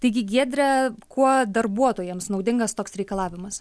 taigi giedre kuo darbuotojams naudingas toks reikalavimas